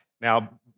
Now